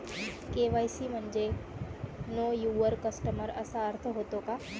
KYC म्हणजे know your customer असा अर्थ होतो का?